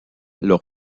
leur